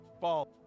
Ball